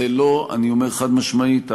אני אומר חד-משמעית,